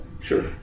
Sure